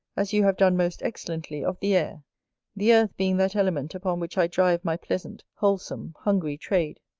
as you have done most excellently of the air the earth being that element upon which i drive my pleasant, wholesome, hungry trade.